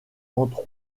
entre